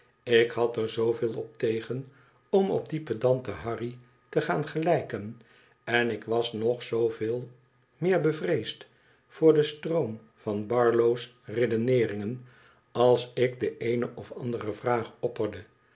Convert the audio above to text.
ik had er z veel op tegen om op dien pedanten harry te gaan gelijken en ik was nog zoo veel meer bevreesd voor de stroom van barlow's rcdenceiïngen als ik de eene of andere vraag opperde